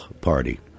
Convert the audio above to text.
Party